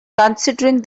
considering